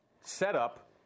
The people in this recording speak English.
setup